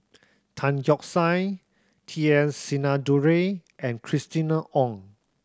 Tan Keong Saik T S Sinnathuray and Christina Ong